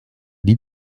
die